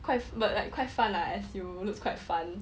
quite but like quite fun lah S_U looks quite fun